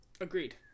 agreed